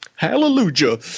Hallelujah